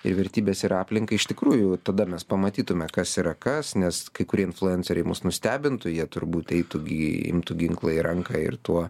ir vertybes ir aplinką iš tikrųjų tada mes pamatytume kas yra kas nes kai kurie influenceriai mus nustebintų jie turbūt eitų imtų ginklą į ranką ir tuo